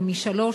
ומשלוש,